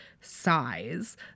size